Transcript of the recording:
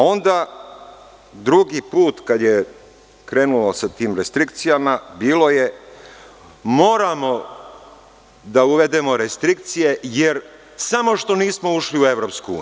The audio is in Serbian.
Onda, drugi put kad je krenulo sa tim restrikcijama, bilo je – moramo da uvedemo restrikcije jer samo što nismo ušli u EU.